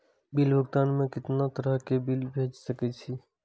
Bill भुगतान में कितना तरह के बिल भेज सके छी?